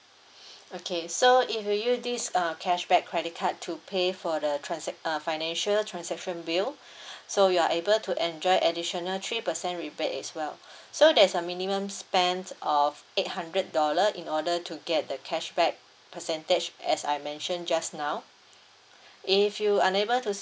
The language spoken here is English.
okay so if you use this uh cashback credit card to pay for the transac~ uh financial transaction bill so you are able to enjoy additional three percent rebate as well so there's a minimum spend of eight hundred dollar in order to get the cashback percentage as I mentioned just now if you unable to